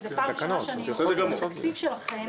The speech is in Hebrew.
כי זו הפעם הראשונה שאני רואה את התקציב שלכם.